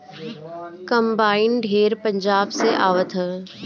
combine ढेर पंजाब से आवत हवे